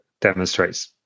demonstrates